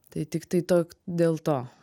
tai tik tai tok dėl to